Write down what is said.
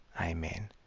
Amen